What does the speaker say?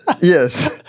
yes